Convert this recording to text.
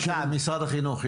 בבקשה, משרד החינוך.